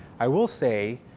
i will say,